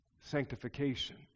sanctification